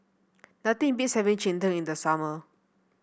nothing beats having Cheng Tng in the summer